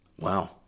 Wow